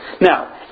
Now